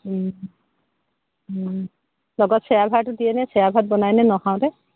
লগত চেৱা ভাতটো দিয়েনে চেৱা ভাত বনাই নে ন খাওঁতে